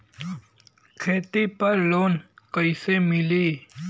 खेती पर लोन कईसे मिली?